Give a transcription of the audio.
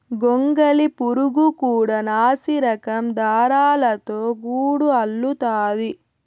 గొంగళి పురుగు కూడా నాసిరకం దారాలతో గూడు అల్లుతాది